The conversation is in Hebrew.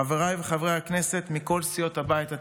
חבריי חברי הכנסת מכל סיעות הבית,